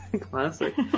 Classic